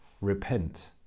Repent